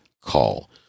call